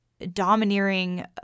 domineering